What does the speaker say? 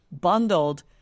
bundled